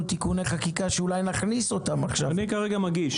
זה תפזורת, אני מזכירה לך.